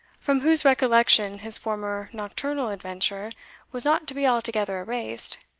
from whose recollection his former nocturnal adventure was not to be altogether erased,